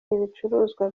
ibicuruzwa